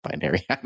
binary